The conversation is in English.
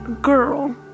girl